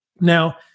Now